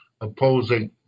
opposing